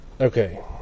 okay